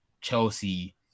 Chelsea